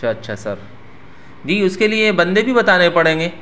اچھا اچھا سر جی اس کے لیے بندے بھی بتانے پڑیں گے